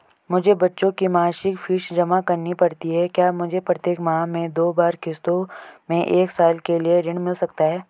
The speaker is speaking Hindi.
मुझे बच्चों की मासिक फीस जमा करनी पड़ती है क्या मुझे प्रत्येक माह में दो बार किश्तों में एक साल के लिए ऋण मिल सकता है?